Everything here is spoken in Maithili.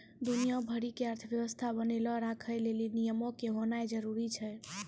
दुनिया भरि के अर्थव्यवस्था बनैलो राखै लेली नियमो के होनाए जरुरी छै